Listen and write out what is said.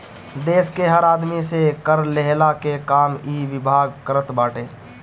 देस के हर आदमी से कर लेहला के काम इ विभाग करत बाटे